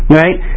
right